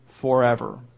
forever